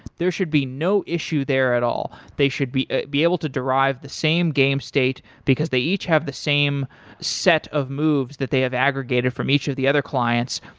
there should be no issue there at all. they should be ah be able to derive the same game state, because they each have the same set of moves that they have aggregated from each of the other clients,